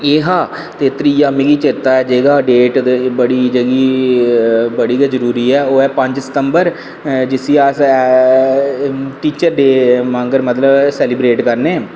ते एह् हा ते त्रीआ जेह्का मिगी चेता ऐ डेट ते बड़ी जेह्की बड़ी गै जरूरी ऐ ते ओह् ऐ पंज सितंबर ते जिसी अस मतलब टीचर डे सेलीब्रेट करने